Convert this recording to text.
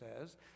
says